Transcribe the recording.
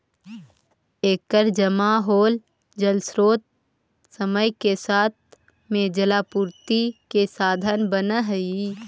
एकर जमा होल जलस्रोत समय के साथ में जलापूर्ति के साधन बनऽ हई